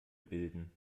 bilden